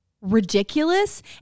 ridiculous